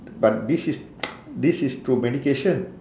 but this is this is through medication